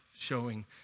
showing